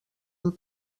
amb